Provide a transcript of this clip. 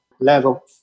level